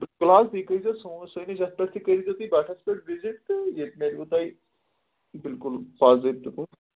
تہٕ فِلحال تُہۍ کٔرۍ زیو سون سٲنِس یَتھ پٮ۪ٹھ تہِ کٔرۍ زیو تُہۍ بَٹھَس پٮ۪ٹھ وِزِٹ تہٕ ییٚتہِ ملوٕ تۄہہِ بالکل باضٲبطہٕ